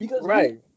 Right